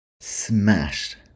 smashed